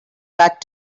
that